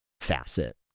facet